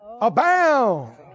Abound